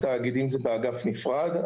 התאגידים זה באגף נפרד,